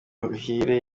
muhire